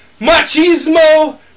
machismo